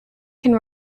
can